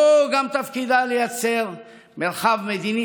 או תפקידה הוא גם לייצר מרחב מדיני